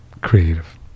creative